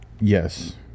Yes